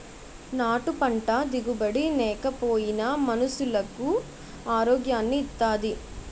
నాటు పంట దిగుబడి నేకపోయినా మనుసులకు ఆరోగ్యాన్ని ఇత్తాది